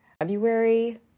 February